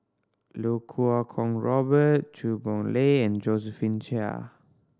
Lau Kuo Kwong Robert Chua Boon Lay and Josephine Chia